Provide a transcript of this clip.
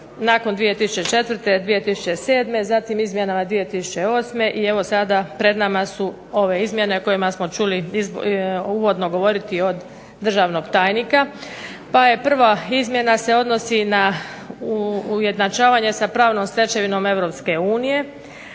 nakon 2004., 2007. Zatim izmjenama 2008. i evo sada pred nama su ove izmjene o kojima smo čuli uvodno govoriti od državnog tajnika. Pa je prva izmjena se odnosi na ujednačavanje sa pravnom stečevinom